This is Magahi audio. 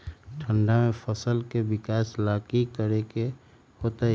ठंडा में फसल के विकास ला की करे के होतै?